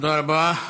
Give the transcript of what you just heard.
תודה רבה.